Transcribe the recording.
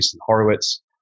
Horowitz